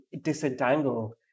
disentangle